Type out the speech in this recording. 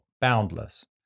boundless